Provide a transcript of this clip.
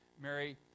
Mary